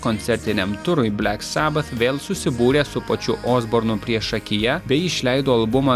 koncertiniam turui black sabbath vėl susibūrė su pačiu osbornu priešakyje bei išleido albumą